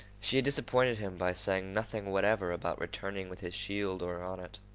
she had disappointed him by saying nothing whatever about returning with his shield or on it.